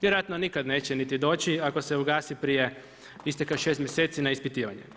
Vjerojatno nikad neće niti doći ako se ugasi prije isteka 6 mjeseci na ispitivanje.